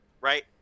right